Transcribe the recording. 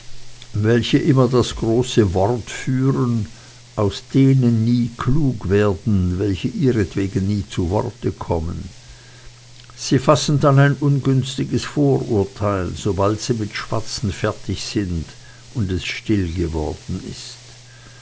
welche immer das große wort führen aus denen nie klug werden welche ihretwegen nie zu worte kommen sie fassen dann ein ungünstiges vorurteil sobald sie mit schwatzen fertig sind und es still geworden ist